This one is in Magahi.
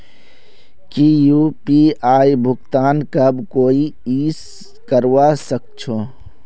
की यु.पी.आई भुगतान सब कोई ई करवा सकछै?